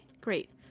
Great